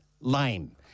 lame